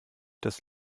das